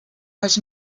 als